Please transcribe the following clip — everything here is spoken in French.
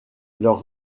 leur